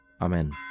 Amen